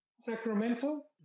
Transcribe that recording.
Sacramento